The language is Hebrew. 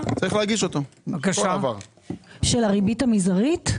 של הריבית המזערית?